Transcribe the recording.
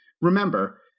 Remember